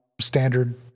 standard